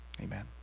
amen